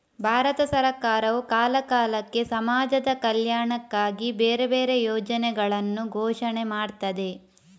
ಭಾರತ ಸರಕಾರವು ಕಾಲ ಕಾಲಕ್ಕೆ ಸಮಾಜದ ಕಲ್ಯಾಣಕ್ಕಾಗಿ ಬೇರೆ ಬೇರೆ ಯೋಜನೆಗಳನ್ನ ಘೋಷಣೆ ಮಾಡ್ತದೆ